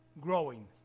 growing